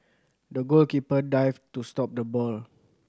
the goalkeeper dived to stop the ball